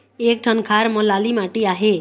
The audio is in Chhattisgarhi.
एक ठन खार म लाली माटी आहे?